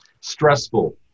stressful